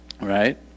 right